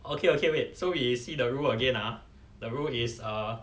okay okay wait so we see the rule again ah the rule is err